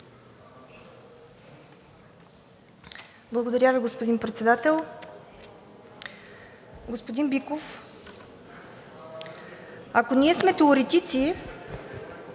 Благодаря Ви, господин Председател. Господин Биков, ако ние сме теоретици,